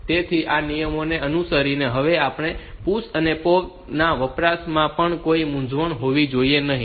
તેથી આ નિયમોને અનુસરીને હવે આપણને PUSH અને POP ના વપરાશમાં પણ કોઈ મૂંઝવણ હોવી જોઈએ નહીં